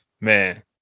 man